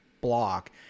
block